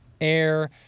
Air